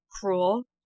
cruel